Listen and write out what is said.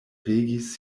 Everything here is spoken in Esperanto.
regis